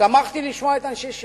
שמחתי לשמוע את אנשי ש"ס.